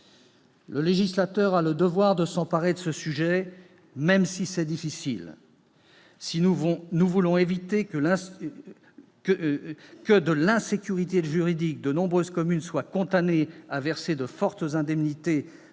Le législateur a le devoir de s'emparer de ce sujet, même s'il est difficile. C'est indispensable si nous voulons éviter que, du fait de l'insécurité juridique, de nombreuses communes soient condamnées à verser de fortes indemnités